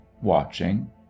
watching